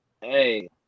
Hey